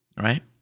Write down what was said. Right